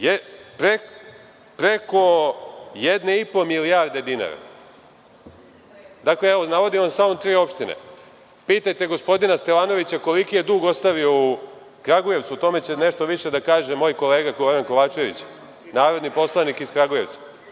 je preko 1,5 milijarde dinara. Dakle, navodim vam samo tri opštine. Pitajte gospodina Stevanovića koliki je dug ostavio u Kragujevcu, a o tome će nešto više da kaže moj kolega Kovačević, narodni poslanik iz Kragujevca.